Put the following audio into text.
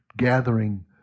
gathering